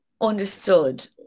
understood